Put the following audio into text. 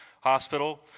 Hospital